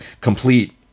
complete